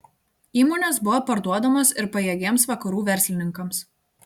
įmonės buvo parduodamos ir pajėgiems vakarų verslininkams